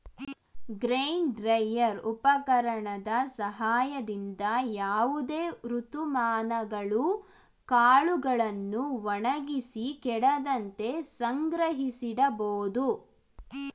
grain dryer ಉಪಕರಣದ ಸಹಾಯದಿಂದ ಯಾವುದೇ ಋತುಮಾನಗಳು ಕಾಳುಗಳನ್ನು ಒಣಗಿಸಿ ಕೆಡದಂತೆ ಸಂಗ್ರಹಿಸಿಡಬೋದು